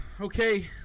Okay